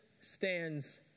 stands